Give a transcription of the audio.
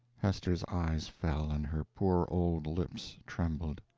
hester's eyes fell, and her poor old lips trembled.